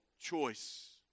choice